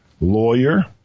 lawyer